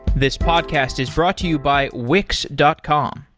this podcast is brought to you by wix dot com.